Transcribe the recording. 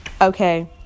Okay